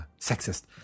sexist